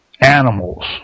animals